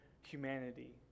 humanity